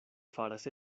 faras